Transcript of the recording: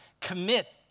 commit